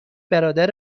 برادر